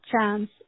chance